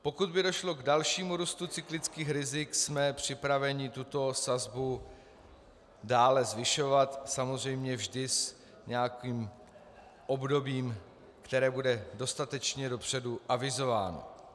Pokud by došlo k dalšímu růstu cyklických rizik, jsme připraveni tuto sazbu dále zvyšovat, samozřejmě vždy s nějakým obdobím, které bude dostatečně dopředu avizováno.